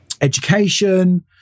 education